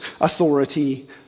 authority